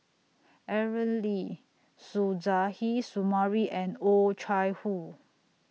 Aaron Lee Suzairhe Sumari and Oh Chai Hoo